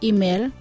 Email